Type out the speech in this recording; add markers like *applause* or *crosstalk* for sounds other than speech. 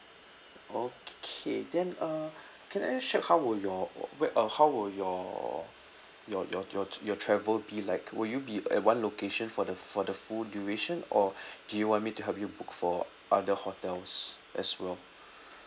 okay then uh *breath* can I just check how will your uh will uh how will your your your your your travel be like will you be at one location for the for the full duration or *breath* do you want me to help you book for other hotels as well *breath*